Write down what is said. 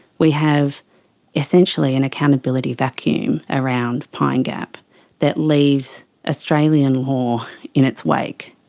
we have essentially an accountability vacuum around pine gap that leaves australian law in its wake.